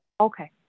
Okay